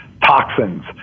toxins